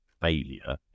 failure